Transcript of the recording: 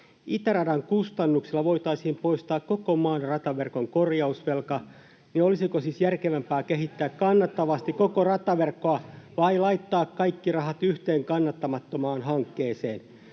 Itäradan kustannuksilla voitaisiin poistaa koko maan rataverkon korjausvelka. Olisiko siis järkevämpää kehittää kannattavasti koko rataverkkoa kuin laittaa kaikki rahat yhteen kannattamattomaan hankkeeseen?